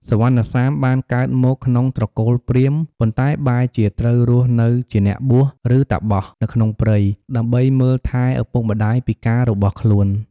សុវណ្ណសាមបានកើតមកក្នុងត្រកូលព្រាហ្មណ៍ ប៉ុន្តែបែរជាត្រូវរស់នៅជាអ្នកបួស ឬតាបស នៅក្នុងព្រៃ ដើម្បីមើលថែឪពុកម្ដាយពិការរបស់ខ្លួន។